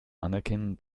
anerkennen